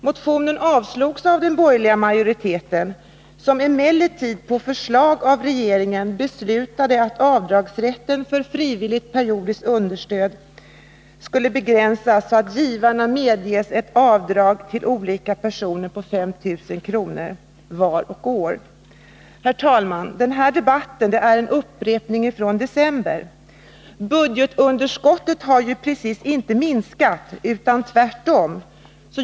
Motionen avslogs av den borgerliga majoriteten, som emellertid på förslag av regeringen beslutade att avdragsrätten för frivilligt periodiskt understöd skulle begränsas så att givarna medges avdrag för understöd till olika personer med 5 000 kr. var per år. Herr talman! Den här debatten är en upprepning från december. Budgetunderskottet har ju inte precis minskat, utan tvärtom.